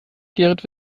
gerrit